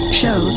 show